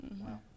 Wow